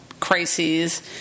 crises